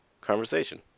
conversation